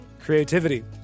creativity